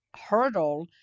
hurdle